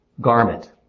garment